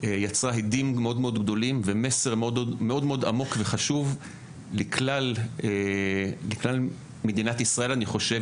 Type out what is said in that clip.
יצרה הדים מאד גדולים ומסר מאד עמוק וחשוב לכלל מדינת ישראל אני חושב,